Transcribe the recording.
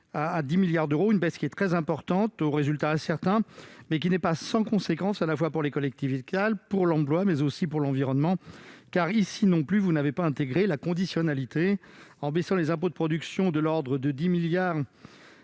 à 10 milliards d'euros. Cette baisse très importante, aux résultats incertains, n'est pas sans conséquence pour les collectivités locales, pour l'emploi et pour l'environnement, car, ici non plus, vous n'avez pas intégré de conditionnalité. En diminuant les impôts de production de l'ordre de 10 milliards